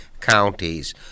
counties